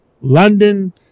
London